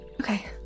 Okay